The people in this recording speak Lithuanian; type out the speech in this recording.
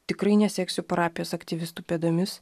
tikrai neseksiu parapijos aktyvistų pėdomis